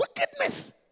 wickedness